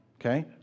Okay